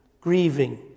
grieving